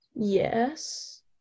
Yes